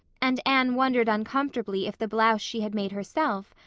and anne wondered uncomfortably if the blouse she had made herself,